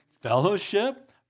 fellowship